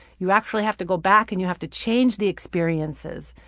you actually have to go back and you have to change the experiences.